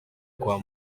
kwa